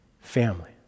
family